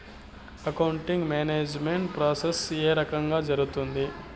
accounting management process ఏ రకంగా జరుగుతాది